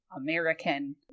American